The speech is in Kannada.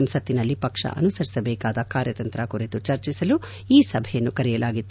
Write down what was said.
ಸಂಸತ್ತಿನಲ್ಲಿ ಪಕ್ಷ ಅನುಸರಿಸಬೇಕಾದ ಕಾರ್ಯತಂತ್ರ ಕುರಿತು ಚರ್ಚಿಸಲು ಈ ಸಭೆಯನ್ನು ಕರೆಯಲಾಗಿತ್ತು